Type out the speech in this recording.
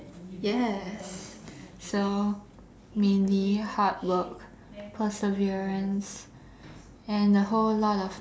ya so mainly hard work perseverance and a whole lot of